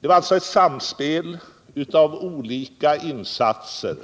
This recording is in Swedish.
Det var alltså ett samspel av olika insatser,